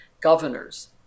governors